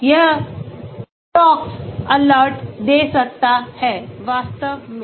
यह टोक्स अलर्ट दे सकता है वास्तव में